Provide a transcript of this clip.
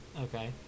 Okay